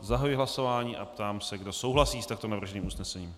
Zahajuji hlasování a ptám se, kdo souhlasí s takto navrženým usnesením.